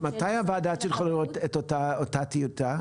--- מתי הוועדה תוכל לראות את אותה טיוטה?